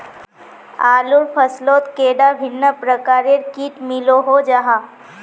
आलूर फसलोत कैडा भिन्न प्रकारेर किट मिलोहो जाहा?